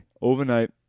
Overnight